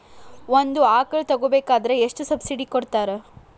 ಒಂದು ಆಕಳ ತಗೋಬೇಕಾದ್ರೆ ಎಷ್ಟು ಸಬ್ಸಿಡಿ ಕೊಡ್ತಾರ್?